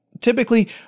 Typically